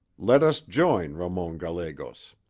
let us join ramon gallegos